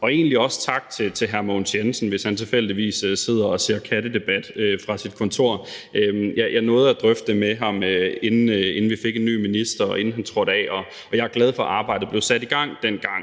Og egentlig også tak til hr. Mogens Jensen, hvis han tilfældigvis sidder og ser kattedebat fra sit kontor. Jeg nåede at drøfte det med ham, inden vi fik en ny minister, og inden han trådte af, og jeg er glad for, at arbejdet blev sat i gang dengang.